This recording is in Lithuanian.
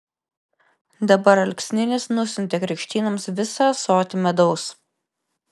dabar alksninis nusiuntė krikštynoms visą ąsotį medaus